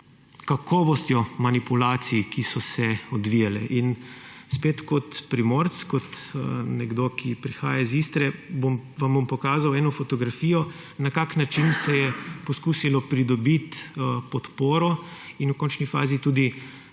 kakovostjo manipulacij, ki so se odvijale. In spet kot Primorec, kot nekdo, ki prihaja iz Istre, vam bom pokazal eno fotografijo, na kakšen način se je poskusilo pridobiti podporo in v končni fazi tudi